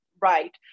right